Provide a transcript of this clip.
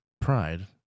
pride